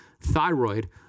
thyroid